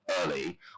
early